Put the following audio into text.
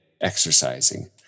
exercising